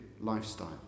lifestyle